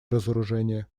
разоружение